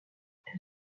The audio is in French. elle